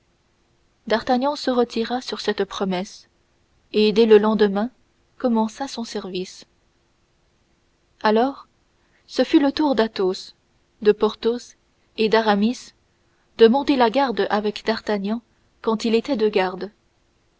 d'artagnan se retira sur cette promesse et dès le lendemain commença son service alors ce fut le tour d'athos de porthos et d'aramis de monter la garde avec d'artagnan quand il était de garde